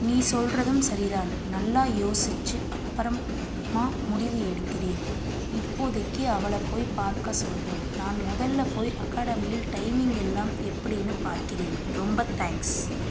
நீ சொல்கிறதும் சரிதான் நல்லா யோசுச்சு அப்புறம் மா முடிவு எடுக்கிறேன் இப்போதைக்கு அவளை போய் பார்க்க சொல்கிறேன் நான் முதல்ல போய் அகாடமியில் டைமிங் எல்லாம் எப்படின்னு பார்க்கிறேன் ரொம்ப தேங்க்ஸ்